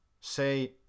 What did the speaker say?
say